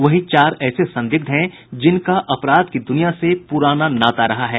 वहीं चार ऐसे संदिग्ध हैं जिनका अपराध की दुनिया से पुराना नाता रहा है